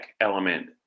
element